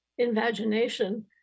invagination